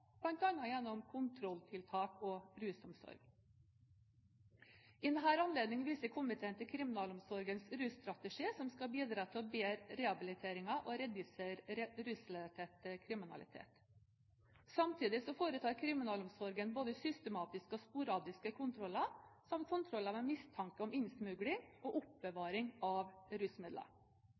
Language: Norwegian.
gjennom kontrolltiltak og rusomsorg. I denne anledning viser komiteen til kriminalomsorgens russtrategi, som skal bidra til å bedre rehabiliteringen og redusere rusrelatert kriminalitet. Samtidig foretar kriminalomsorgen både systematiske og sporadiske kontroller samt kontroller ved mistanke om innsmugling og oppbevaring av rusmidler.